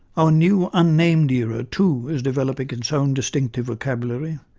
our new unnamed era too is developing its own distinctive vocabulary,